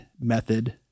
method